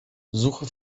suche